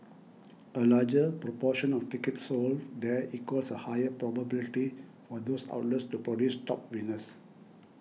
a larger proportion of tickets sold there equals a higher probability for those outlets to produce top winners